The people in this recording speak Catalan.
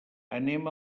anem